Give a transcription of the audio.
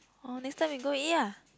oh next time we go to eat ah